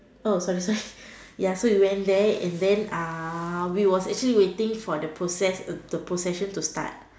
oh sorry sorry ya so we went there and then uh we was actually waiting for the process the procession to start